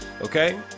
Okay